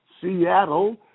Seattle